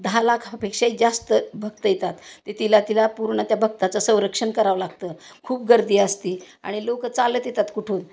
दहा लाखापेक्षाही जास्त भक्त येतात ते तिला तिला पूर्ण त्या भक्ताचं संरक्षण करावं लागतं खूप गर्दी असते आणि लोक चालत येतात कुठून